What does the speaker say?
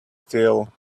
steel